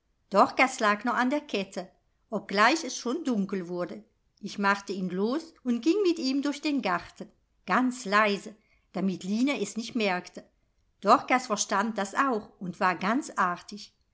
doch gern dorkas lag noch an der kette obgleich es schon dunkel wurde ich machte ihn los und ging mit ihm durch den garten ganz leise damit line es nicht merkte dorkas verstand das auch und war ganz artig